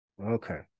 Okay